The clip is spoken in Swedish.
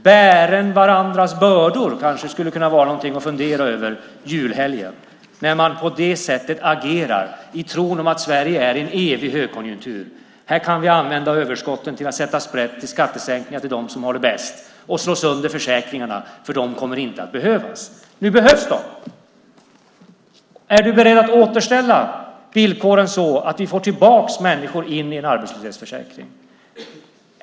Bären varandras bördor kanske skulle kunna vara någonting att fundera över under julhelgen när man agerar i tron att Sverige är en evig högkonjunktur: Här kan vi sätta sprätt på överskotten och använda dem till skattesänkningar för dem som har det bäst och slå sönder försäkringarna, för de kommer inte att behövas. Nu behövs de! Är du beredd att återställa villkoren så att vi får tillbaka människor in i en arbetslöshetsförsäkring?